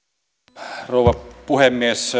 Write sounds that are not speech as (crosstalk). arvoisa rouva puhemies (unintelligible)